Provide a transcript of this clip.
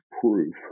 proof